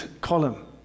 column